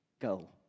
go